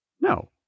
No